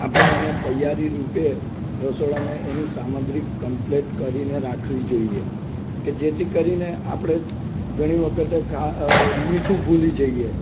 આપણે એને તૈયારીરૂપે રસોડામાં એની સામગ્રી કમ્પલેટ કરીને રાખવી જોઈએ કે જેથી કરીને આપણે ઘણી વખત મીઠું ભૂલી જઈએ